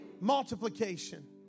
Multiplication